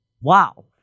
Wow